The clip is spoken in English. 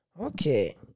okay